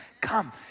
Come